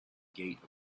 gate